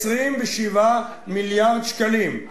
27 מיליארד שקלים.